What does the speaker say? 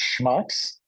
schmucks